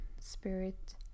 spirit